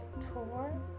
Tour